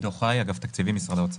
עידו חי, אגף תקציבים, משרד האוצר.